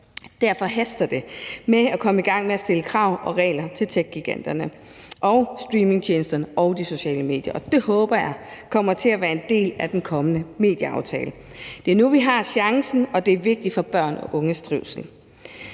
Derfor haster det med at komme i gang med at stille krav til og lave regler for techgiganterne, streamingtjenesterne og de sociale medier. Og det håber jeg kommer til at være en del af den kommende medieaftale. Det er nu, vi har chancen, og det er vigtigt for børn og unges trivsel.